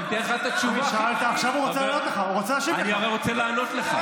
אני שואל, שאלת, עכשיו הוא רוצה לענות לך.